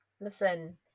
Listen